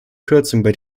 kürzungen